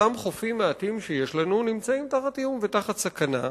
אותם חופים מעטים שיש לנו נמצאים תחת איום ותחת סכנה,